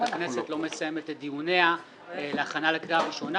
הכנסת לא מסיימת את דיוניה להכנה לקריאה ראשונה,